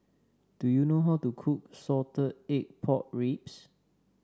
do you know how to cook Salted Egg Pork Ribs